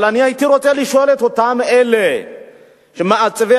אבל אני הייתי רוצה לשאול את אותם אלה שהם מעצבי